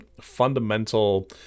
fundamental